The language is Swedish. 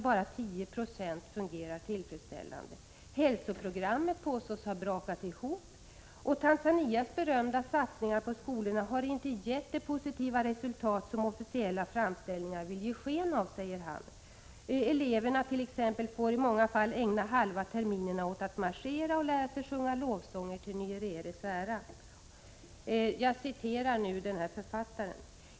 Bara 10 90 fungerar tillfredsställande. — Hälsoprogrammet har praktiskt taget brakat ihop. — Tanzanias berömda satsningar på skolorna har inte alls gett de positiva resultat som officiella framställningar vill ge sken av. Eleverna fick i många fall ägna halva terminerna åt att marschera och att lära sig sjunga lovsånger till Nyereres ära.